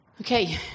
Okay